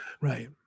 Right